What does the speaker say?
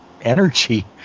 energy